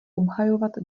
obhajovat